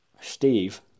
Steve